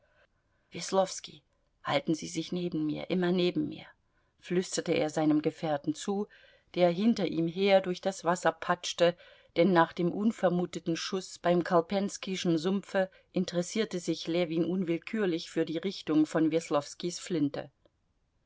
halten sie sich neben mir immer neben mir flüsterte er seinem gefährten zu der hinter ihm her durch das wasser patschte denn nach dem unvermuteten schuß beim kolpenskischen sumpfe interessierte sich ljewin unwillkürlich für die richtung von weslowskis flinte